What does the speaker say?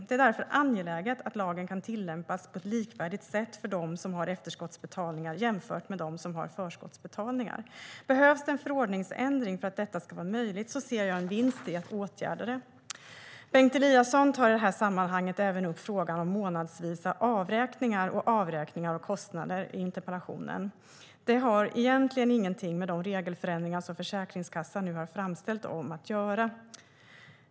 Det är därför angeläget att lagen kan tillämpas på ett likvärdigt sätt för dem som har efterskottsbetalningar jämfört med dem som har förskottsbetalningar. Behövs det en förordningsändring för att detta ska vara möjligt ser jag en vinst i att åtgärda det. Bengt Eliasson tar i detta sammanhang även upp frågan om månadsvisa avräkningar och avräkningar av kostnader i interpellationen. Detta har egentligen inget att göra med de regelförändringar som Försäkringskassan nu har framställt om.